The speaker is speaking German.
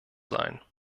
sein